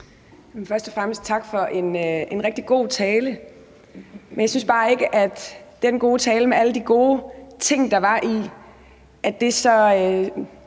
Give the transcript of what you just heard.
Først og fremmest tak for en rigtig god tale, men jeg synes bare ikke, at den gode tale med alle de gode ting, der var i den, står